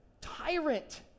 tyrant